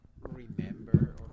remember